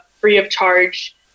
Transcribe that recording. free-of-charge